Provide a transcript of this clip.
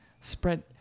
spread